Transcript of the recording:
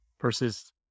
versus